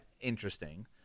interesting